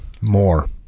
more